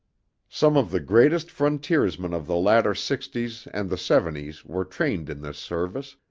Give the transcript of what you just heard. some of the greatest frontiersmen of the latter sixties and the seventies were trained in this service,